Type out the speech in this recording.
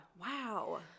wow